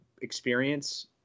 experience